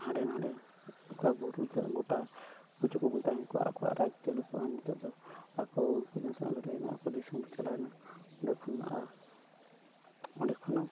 ᱦᱟᱸᱰᱮ ᱱᱟᱰᱮ ᱚᱠᱟ ᱵᱩᱨᱩ ᱜᱳᱴᱟ ᱩᱠᱩ ᱪᱩᱠᱩ ᱵᱚᱱ ᱛᱟᱦᱮᱸ ᱠᱚᱜᱼᱟ ᱟᱠᱚᱣᱟᱜ ᱨᱟᱡᱽ ᱪᱟᱹᱞᱩ ᱠᱚᱜᱼᱟ ᱱᱤᱛᱚᱜ ᱫᱚ ᱟᱠᱚ ᱞᱟᱹᱲᱦᱟᱹᱭᱱᱟ ᱟᱠᱚ ᱫᱤᱥᱚᱢ ᱠᱚ ᱪᱟᱞᱟᱣᱮᱱᱟ ᱚᱸᱰᱮ ᱠᱷᱚᱱ ᱟᱨ ᱚᱸᱰᱮ ᱠᱷᱚᱱᱟᱝ